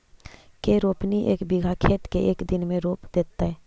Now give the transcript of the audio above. के रोपनी एक बिघा खेत के एक दिन में रोप देतै?